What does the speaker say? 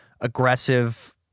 aggressive